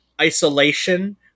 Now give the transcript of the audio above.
isolation